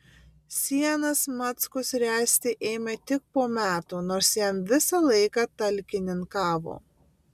sienas mackus ręsti ėmė tik po metų nors jam visą laiką talkininkavo